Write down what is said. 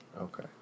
Okay